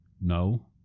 No